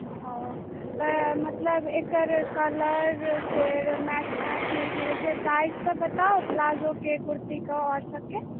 ओ तऽ मतलब एकर कलर फेर मैच अथी की कहैत छै प्राइस तऽ पता अइ प्लाजोके कुर्तीके आओर सभके